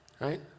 right